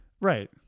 Right